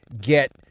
get